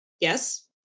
Yes